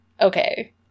Okay